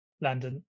Landon